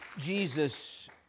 Jesus